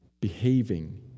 behaving